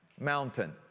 mountain